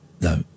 No